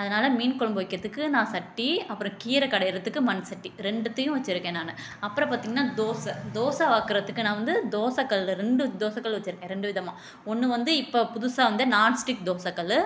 அதனால் மீன் குழம்பு வைக்கிறதுக்கு நான் சட்டி அப்புறம் கீரை கடையறதுக்கு மண் சட்டி ரெண்டுத்தையும் வச்சுருக்கேன் நான் அப்புறம் பார்த்தீங்கன்னா தோசை தோசை ஆக்குறதுக்கு நான் வந்து தோசைக்கல் ரெண்டு தோசைக்கல் வச்சுருக்கேன் ரெண்டு விதமாக ஒன்று வந்து இப்போ புதுசாக வந்த நான்ஸ்டிக் தோசைக்கல்லு